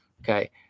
Okay